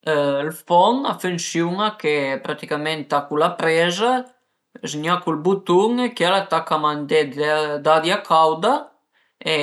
Ël fon a funsiun-a che praticament tacu la preza, zgnacu ël butun e chield a taca a mandé d'aria cauda e